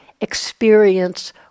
experience